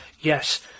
yes